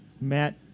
Matt